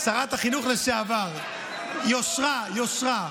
שרת החינוך לשעבר, יושרה, יושרה.